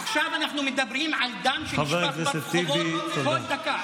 עכשיו אנחנו מדברים על דם שנשפך ברחובות כל דקה.